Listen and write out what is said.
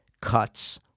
cuts